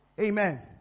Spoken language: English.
Amen